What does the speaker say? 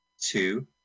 two